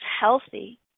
healthy